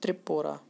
Tripura